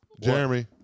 Jeremy